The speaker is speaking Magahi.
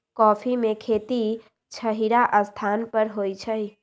कॉफ़ी में खेती छहिरा स्थान पर होइ छइ